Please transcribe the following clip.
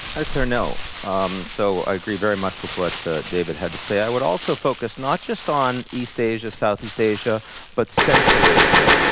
i declare no. um so i agree very much with what david had to say. i would also focus not just on east asia, southeast asia but central asia,